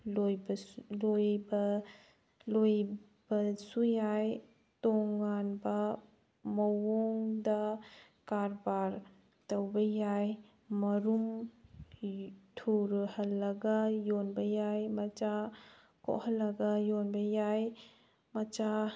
ꯂꯣꯏꯕꯁꯨ ꯂꯣꯏꯕꯁꯨ ꯌꯥꯏ ꯇꯣꯉꯥꯟꯕ ꯃꯑꯣꯡꯗ ꯀꯔꯕꯥꯔ ꯇꯧꯕ ꯌꯥꯏ ꯃꯔꯨꯝ ꯊꯨꯍꯜꯂꯒ ꯌꯣꯟꯕ ꯌꯥꯏ ꯃꯆꯥ ꯀꯣꯛꯍꯜꯂꯒ ꯌꯣꯟꯕ ꯌꯥꯏ ꯃꯆꯥ